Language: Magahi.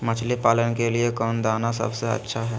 मछली पालन के लिए कौन दाना सबसे अच्छा है?